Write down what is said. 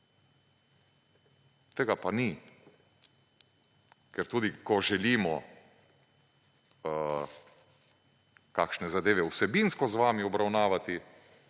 Tega pa ni, ker tudi ko želimo kakšne zadeve vsebinsko z vami obravnavati,